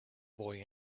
boy